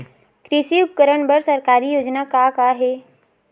कृषि उपकरण बर सरकारी योजना का का हे?